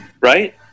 right